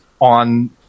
on